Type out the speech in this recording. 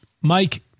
Mike